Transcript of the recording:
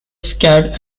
scared